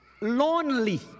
lonely